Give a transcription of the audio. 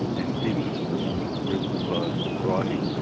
and even if it was in reasonable sized writing,